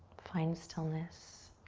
find stillness.